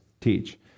teach